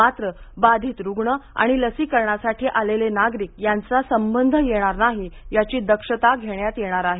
मात्र बाधित रुग्ण आणि लसीकरणासाठी आलेले नागरिक यांचा संबंध येणार नाही याची दक्षता घेण्यात येणार आहे